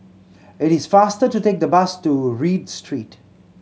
it is faster to take the bus to Read Street